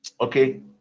Okay